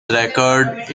record